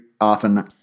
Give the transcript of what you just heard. often